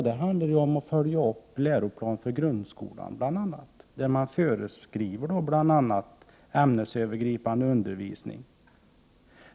Detta handlar bl.a. om att följa upp läroplanen för grundskolan där bl.a. ämnesövergripande undervisning föreskrivs.